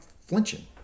flinching